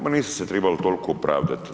Ma niste se trebali toliko pravdati.